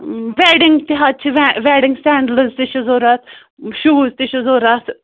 wedding تہِ حظ چھِ ویٚڈِنٛگ سینٛڈلٕز تہِ چھِ ضروٗرت شوٗز تہِ چھِ ضروٗرت